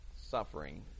suffering